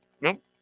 Nope